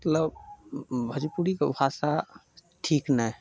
मतलब भोजपुरीके भाषा ठीक नहि हइ